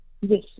Yes